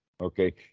Okay